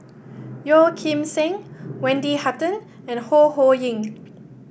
Yeo Kim Seng Wendy Hutton and Ho Ho Ying